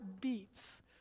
beats